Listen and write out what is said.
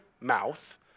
mouth